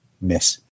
miss